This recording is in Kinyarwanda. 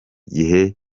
gihe